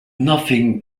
nothing